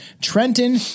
Trenton